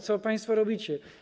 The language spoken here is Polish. Co państwo robicie?